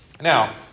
Now